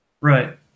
Right